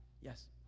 Yes